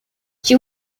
she